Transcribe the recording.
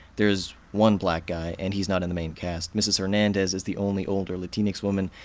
there's one black guy, and he's not in the main cast. mrs. hernandez is the only older latinx woman,